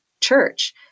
church